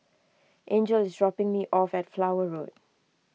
Angel is dropping me off at Flower Road